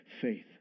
faith